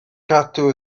cadw